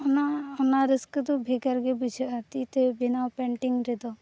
ᱚᱱᱟ ᱚᱱᱟ ᱨᱟᱹᱥᱠᱟᱹ ᱫᱚ ᱵᱷᱮᱜᱟᱨ ᱜᱮ ᱵᱩᱡᱷᱟᱹᱜᱼᱟ ᱛᱤ ᱛᱮ ᱵᱮᱱᱟᱣ ᱯᱮᱱᱴᱤᱝ ᱨᱮᱫᱚ